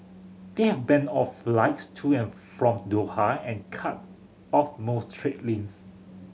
they have banned all flights to and from Doha and cut off most trade